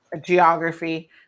geography